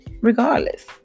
regardless